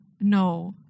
No